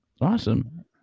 Awesome